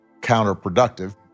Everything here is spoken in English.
counterproductive